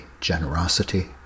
generosity